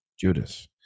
Judas